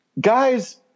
guys –